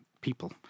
people